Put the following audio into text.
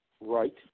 right